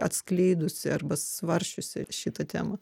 atskleidusi arba svarsčiusi šitą temą